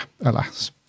alas